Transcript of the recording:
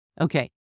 Okay